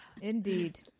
Indeed